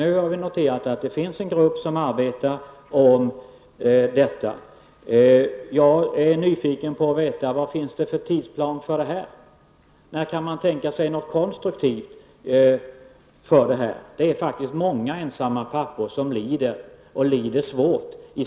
Vi har nu noterat att det finns en grupp som arbetar med detta. Jag är nyfiken på hur tidsplanen ser ut. När kan man tänka sig något konstruktivt resultat? Många ensamma pappor lider svårt.